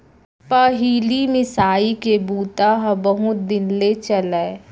पहिली मिसाई के बूता ह बहुत दिन ले चलय